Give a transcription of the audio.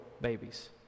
babies